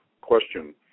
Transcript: question